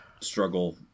struggle